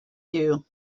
you